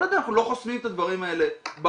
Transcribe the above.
כל עוד אנחנו לא חוסמים את הדברים האלה בחוק